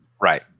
Right